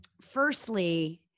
Firstly